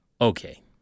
Okay